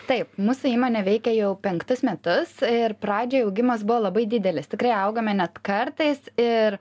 taip mūsų įmonė veikia jau penktus metus ir pradžioj augimas buvo labai didelis tikrai augome net kartais ir